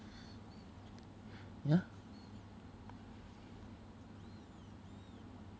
ya